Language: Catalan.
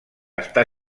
està